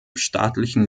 staatlichen